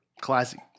classic